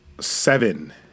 Seven